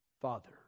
Father